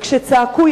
וכשצעקו,